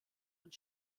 und